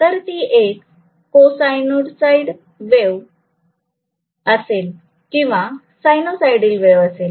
तर ती एक कोसायनोसोईडल वेव्ह असेल किंवा सायनोसोईडल वेव्ह असेल